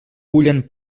bullen